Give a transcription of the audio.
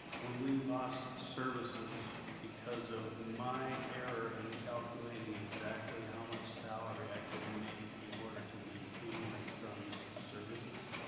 when we lost services because of my error in calculating exactly how much salary i could make in order to maintain my son's services,